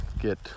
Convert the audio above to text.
get